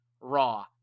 raw